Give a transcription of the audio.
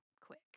quick